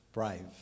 brave